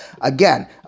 Again